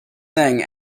thing